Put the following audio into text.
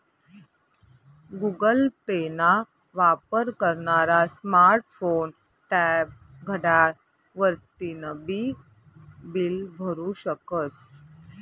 Google Pay ना वापर करनारा स्मार्ट फोन, टॅब, घड्याळ वरतीन बी बील भरु शकस